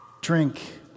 Drink